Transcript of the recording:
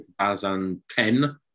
2010